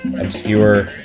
obscure